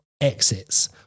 exits